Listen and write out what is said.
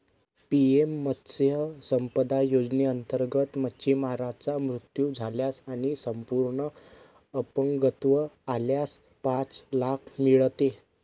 PM मत्स्य संपदा योजनेअंतर्गत, मच्छीमाराचा मृत्यू झाल्यास आणि संपूर्ण अपंगत्व आल्यास पाच लाख मिळते